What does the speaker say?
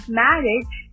marriage